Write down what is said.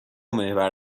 محور